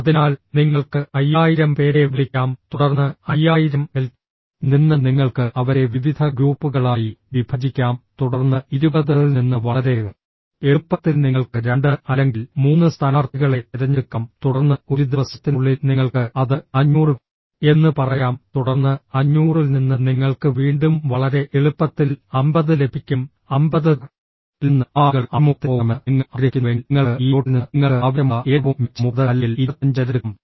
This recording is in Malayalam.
അതിനാൽ നിങ്ങൾക്ക് 5000 പേരെ വിളിക്കാം തുടർന്ന് 5000 ൽ നിന്ന് നിങ്ങൾക്ക് അവരെ വിവിധ ഗ്രൂപ്പുകളായി വിഭജിക്കാം തുടർന്ന് 20 ൽ നിന്ന് വളരെ എളുപ്പത്തിൽ നിങ്ങൾക്ക് 2 അല്ലെങ്കിൽ 3 സ്ഥാനാർത്ഥികളെ തിരഞ്ഞെടുക്കാം തുടർന്ന് ഒരു ദിവസത്തിനുള്ളിൽ നിങ്ങൾക്ക് അത് 500 എന്ന് പറയാം തുടർന്ന് 500 ൽ നിന്ന് നിങ്ങൾക്ക് വീണ്ടും വളരെ എളുപ്പത്തിൽ 50 ലഭിക്കും 50 ൽ നിന്ന് ആ ആളുകൾ അഭിമുഖത്തിന് പോകണമെന്ന് നിങ്ങൾ ആഗ്രഹിക്കുന്നുവെങ്കിൽ നിങ്ങൾക്ക് ഈ ലോട്ടിൽ നിന്ന് നിങ്ങൾക്ക് ആവശ്യമുള്ള ഏറ്റവും മികച്ച 30 അല്ലെങ്കിൽ 25 തിരഞ്ഞെടുക്കാം